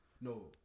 No